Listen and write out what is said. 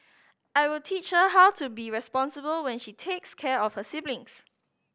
I will teach her how to be responsible when she takes care of her siblings